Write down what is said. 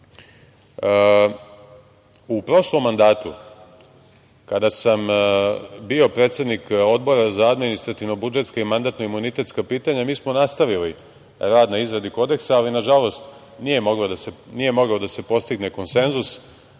prošlom mandatu kada sam bio predsednik Odbora za administrativno-budžetska i mandatno-imunitetska pitanja mi smo nastavili rad na izradi kodeksa, ali nažalost nije mogao da se postigne konsenzus.